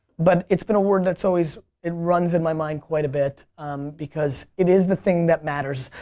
but it's been a word that always, it runs in my mind quite a bit because it is the thing that matters.